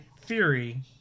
theory